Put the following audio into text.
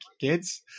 kids